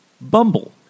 Bumble